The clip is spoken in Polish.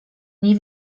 nie